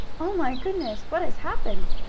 oh my goodness! what has happened?